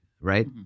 right